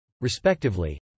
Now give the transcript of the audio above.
respectively